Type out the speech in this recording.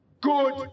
good